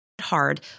hard